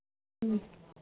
ம்